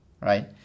right